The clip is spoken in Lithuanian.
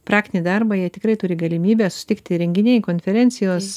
praktinį darbą jie tikrai turi galimybę susitikti renginiai konferencijos